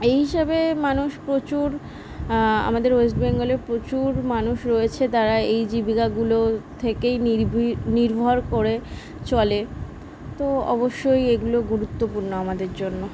এই হিসাবে মানুষ প্রচুর আমাদের ওয়েস্ট বেঙ্গলে প্রচুর মানুষ রয়েছে তারা এই জীবিকাগুলো থেকেই নিরভির নির্ভর করে চলে তো অবশ্যই এগুলো গুরুত্বপূর্ণ আমাদের জন্য